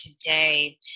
today